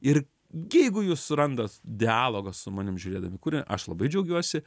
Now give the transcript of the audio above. ir jeigu jūs surandat dialogo su manim žiūrėdami kurį aš labai džiaugiuosi